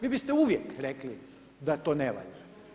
Vi biste uvijek rekli da to ne valja.